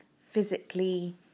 physically